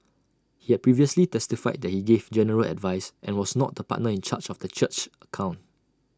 he had previously testified that he gave general advice and was not the partner in charge of the church's accounts